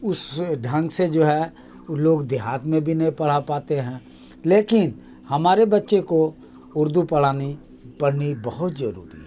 اس ڈھنگ سے جو ہے وہ لوگ دیہات میں بھی نہیں پڑھا پاتے ہیں لیکن ہمارے بچے کو اردو پڑھانی پڑھنی بہت ضروری ہے